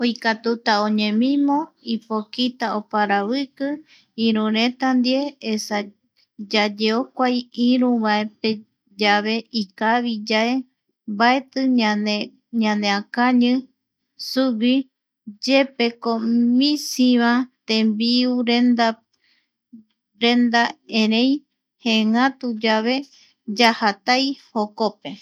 Oikatuta oñemimo ipokita oparaviki, irureta ndie esa yayeokuai iruvape yave ikavi yae mbaeti ñeneakañi suguiyepe ko misi va tembiurenda renda erei jeengatu yave yaja tai jokope.